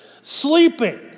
Sleeping